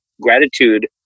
Gratitude